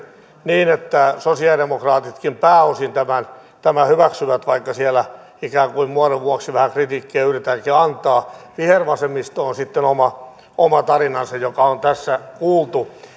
niin että sosialidemokraatitkin pääosin tämän hyväksyvät vaikka siellä ikään kuin muodon vuoksi vähän kritiikkiä yritetäänkin antaa vihervasemmisto on sitten oma oma tarinansa joka on tässä kuultu